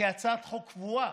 כהצעת חוק קבועה,